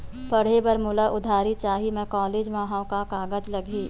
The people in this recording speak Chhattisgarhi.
पढ़े बर मोला उधारी चाही मैं कॉलेज मा हव, का कागज लगही?